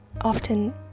often